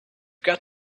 got